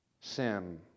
sin